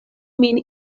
min